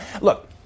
look